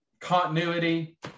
continuity